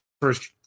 first –